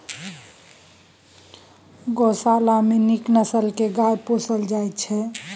गोशाला मे नीक नसल के गाय पोसल जाइ छइ